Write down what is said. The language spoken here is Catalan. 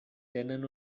tenen